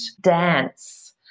dance